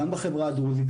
גם בחברה הדרוזית.